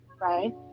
right